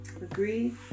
Agree